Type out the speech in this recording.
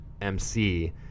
MC